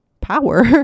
power